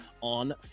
on